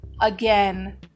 Again